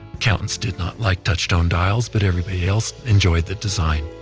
accountants did not like touch tone dials, but everybody else enjoyed the design